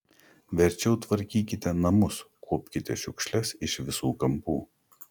verčiau tvarkykite namus kuopkite šiukšles iš visų kampų